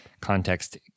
Context